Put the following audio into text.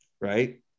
right